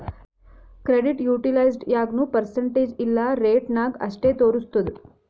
credit utilised ಯಾಗ್ನೂ percentage ಇಲ್ಲಾ rate ನಾಗ್ ಅಷ್ಟೇ ತೋರುಸ್ತುದ್